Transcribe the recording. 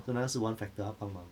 so 那个是 one factor 她帮忙